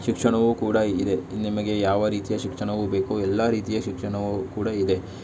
ಶಿಕ್ಷಣವು ಕೂಡ ಇದೆ ನಿಮಗೆ ಯಾವ ರೀತಿಯ ಶಿಕ್ಷಣವು ಬೇಕೊ ಎಲ್ಲ ರೀತಿಯ ಶಿಕ್ಷಣವು ಕೂಡ ಇದೆ